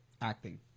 acting